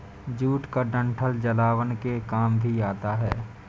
jute का डंठल जलावन के काम भी आता है